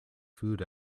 food